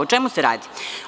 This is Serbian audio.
O čemu se radi?